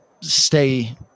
stay